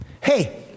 Hey